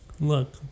Look